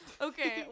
Okay